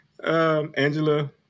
Angela